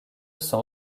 sent